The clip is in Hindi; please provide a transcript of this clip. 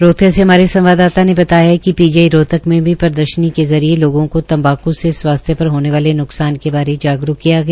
रोहतक से हमारे संवादाता ने बताया है कि पीजीआई रोहतक में भी प्रदर्शनी के जरिये लोगों को तम्बाकु से स्वास्थ्य पर होने वाले न्कसान के बारे जागरूक किया गया